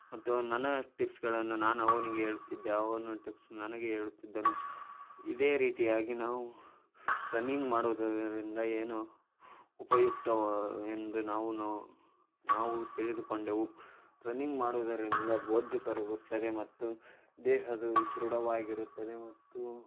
ಮತ್ತು ನನ್ನ ಟಿಪ್ಸ್ಗಳನ್ನು ನಾನು ಅವನಿಗೆ ಹೇಳುತ್ತಿದ್ದೆ ಅವನು ಟಿಪ್ಸ್ ನನಗೆ ಹೇಳುತ್ತಿದ್ದನು ಇದೇ ರೀತಿಯಾಗಿ ನಾವು ರನ್ನಿಂಗ್ ಮಾಡುವುದರಿಂದ ಏನು ಉಪಯುಕ್ತ ಎಂದು ನಾವು ನಾವು ತಿಳಿದುಕೊಂಡೆವು ರನ್ನಿಂಗ್ ಮಾಡುವುದರಿಂದ ಬೊಜ್ಜು ಕರಗುತ್ತದೆ ಮತ್ತು ದೇಹವು ದೃಢವಾಗಿರುತ್ತದೆ ಮತ್ತು